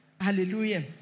Hallelujah